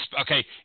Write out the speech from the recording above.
okay